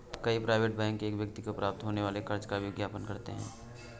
कई private bank एक व्यक्ति को प्राप्त होने वाले कर्ज का विज्ञापन करते हैं